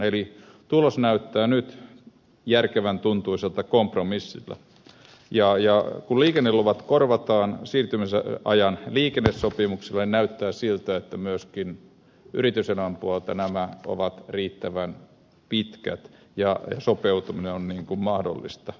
eli tulos näyttää nyt järkevän tuntuiselta kompromissilta ja kun liikenneluvat korvataan siirtymisajan liikennesopimuksella niin näyttää siltä että myöskin yrityselämän puolelta nämä ajat ovat riittävän pitkät ja sopeutuminen on mahdollista